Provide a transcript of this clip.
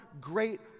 great